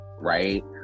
right